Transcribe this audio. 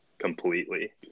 completely